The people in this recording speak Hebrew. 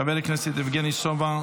חבר הכנסת יבגני סובה,